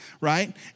right